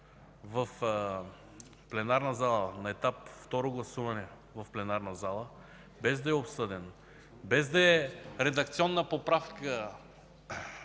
в пленарната зала на етап второ гласуване от пленарна зала, без да е обсъден, без да е редакционна поправка